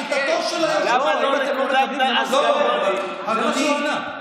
לשיטתו של, למה לא, להצעה, לא שונה.